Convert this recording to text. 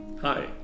Hi